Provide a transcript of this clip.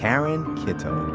karen kitto